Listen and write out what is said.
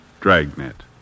Dragnet